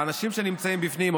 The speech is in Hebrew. האנשים שנמצאים בפנים,